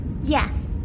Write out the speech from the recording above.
Yes